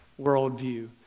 worldview